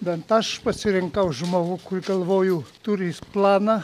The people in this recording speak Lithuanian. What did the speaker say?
bent aš pasirinkau žmogų kur galvoju turi jis planą